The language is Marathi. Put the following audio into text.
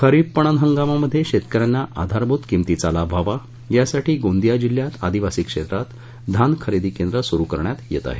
खरीप पणन हंगामामध्ये शेतक यांना आधारभूत किमंतीचा लाभ व्हावा यासाठी गोंदिया जिल्ह्यात अदिवासी क्षेत्रात धान खरेदी केंद्र सुरु करण्यात येत आहेत